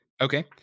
Okay